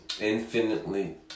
infinitely